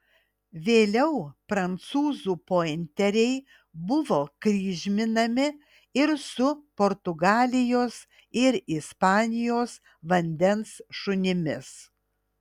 vėliau prancūzų pointeriai buvo kryžminami ir su portugalijos ir ispanijos vandens šunimis